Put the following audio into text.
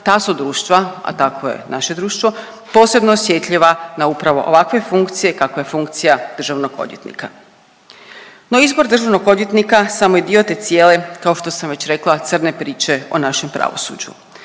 ta su društva, a takvo je naše društvo, posebno osjetljiva na upravo ovakve funkcije kakva je funkcija državnog odvjetnika. No izbor državnog odvjetnika samo je dio te cijele kao što sam već rekla crne priče o našem pravosuđu.